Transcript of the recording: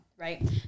Right